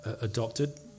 adopted